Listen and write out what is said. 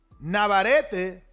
Navarrete